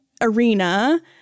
arena